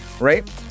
right